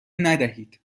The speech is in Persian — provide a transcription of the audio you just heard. ندهید